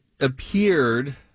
appeared